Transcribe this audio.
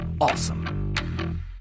awesome